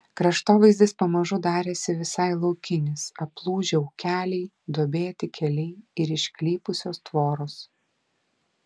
kraštovaizdis pamažu darėsi visai laukinis aplūžę ūkeliai duobėti keliai ir išklypusios tvoros